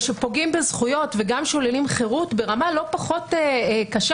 וכשפוגעים בזכויות וגם שוללים חירות ברמה לא פחות קשה,